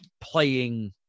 playing